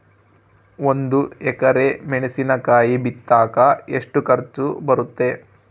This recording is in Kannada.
ಒಂದು ಎಕರೆ ಮೆಣಸಿನಕಾಯಿ ಬಿತ್ತಾಕ ಎಷ್ಟು ಖರ್ಚು ಬರುತ್ತೆ?